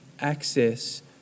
access